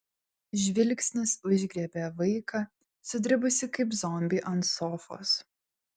žvilgsnis užgriebė vaiką sudribusį kaip zombį ant sofos